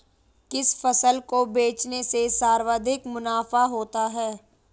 किस फसल को बेचने से सर्वाधिक मुनाफा होता है?